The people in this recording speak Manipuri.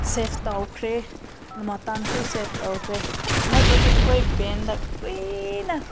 ꯁꯦꯐ ꯇꯧꯈ꯭ꯔꯦ ꯃꯇꯝꯁꯨ ꯁꯦꯐ ꯇꯧꯈ꯭ꯔꯦ ꯅꯠꯇ꯭ꯔꯗꯤ ꯑꯩꯈꯣꯏ ꯕꯦꯡꯛꯗ ꯀꯨꯏꯅ